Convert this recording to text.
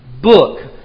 book